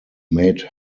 made